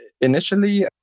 initially